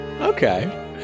okay